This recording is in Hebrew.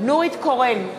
נורית קורן,